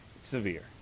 severe